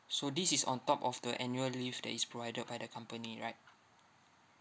so this is on top of the annual leave that is provided by the company right